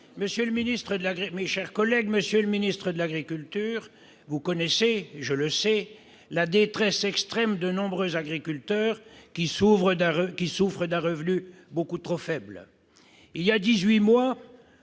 Monsieur le ministre de l'agriculture, vous connaissez, je le sais, la détresse extrême de nombreux agriculteurs, qui souffrent d'un revenu beaucoup trop faible. Voilà dix-huit mois,